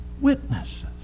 witnesses